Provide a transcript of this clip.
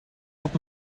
wat